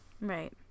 Right